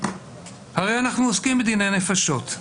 הרי אנחנו עוסקים בדיני נפשות.